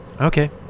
Okay